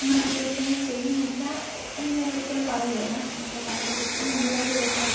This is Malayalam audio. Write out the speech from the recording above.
അങ്ങനെ കുറ്റകൃത്യങ്ങള് ചെയ്യുന്നില്ല എന്ന് ഞാനൊരിക്കലും പറയുകേല ഇന്നത്തെ കാലത്തെ കൊച്ചു പെൺപിള്ളേരു തൊട്ട്